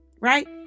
right